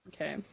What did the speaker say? okay